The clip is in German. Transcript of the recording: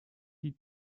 die